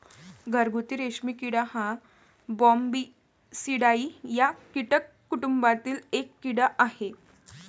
घरगुती रेशीम किडा हा बॉम्बीसिडाई या कीटक कुटुंबातील एक कीड़ा आहे